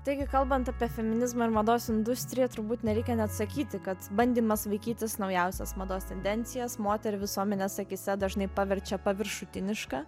taigi kalbant apie feminizmą ir mados industriją turbūt nereikia net sakyti kad bandymas vaikytis naujausias mados tendencijas moterį visuomenės akyse dažnai paverčia paviršutiniška